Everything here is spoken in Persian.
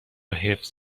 حفظ